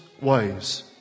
ways